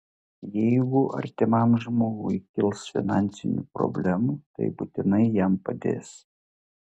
jeigu artimam žmogui kils finansinių problemų tai būtinai jam padės